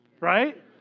right